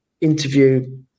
interview